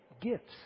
gifts